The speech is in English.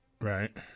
Right